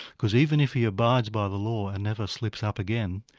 because even if he abides by the law, and never slips up again,